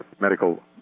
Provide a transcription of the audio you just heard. medical